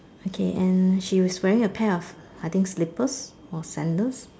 okay and she is wearing a pair of I think slippers or sandals